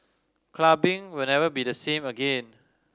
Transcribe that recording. clubbing will never be the same again